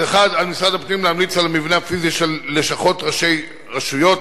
1. על משרד הפנים להמליץ על המבנה הפיזי של לשכות ראשי רשויות,